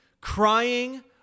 crying